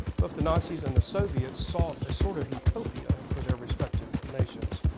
but the nazis and the soviets sought a sort of utopia for their respective nations.